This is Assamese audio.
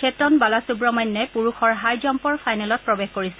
চেতন বালাসুৱামান্যই পুৰুষৰ হাই জাম্পৰ ফাইনেলত প্ৰৱেশ কৰিছে